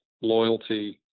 loyalty